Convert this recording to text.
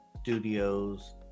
studios